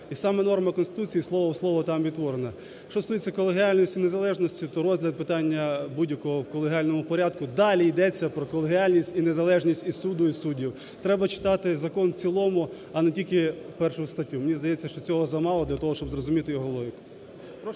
І саме норма Конституції слово в слово там відтворена. Що стосується колегіальності, незалежності, то розгляд питання будь-якого в колегіальному порядку, далі йдеться про колегіальність і незалежність і суду, і суддів. Треба читати закон в цілому, а не тільки першу статтю. Мені здається, що цього замало для того, щоб зрозуміти його логіку.